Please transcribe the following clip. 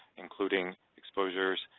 including exposures,